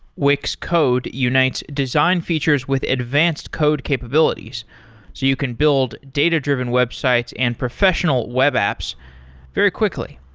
wix code unites design features with advanced code capabilities, so you can build data-driven websites and professional web apps very quickly.